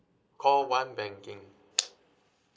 call one banking